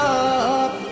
up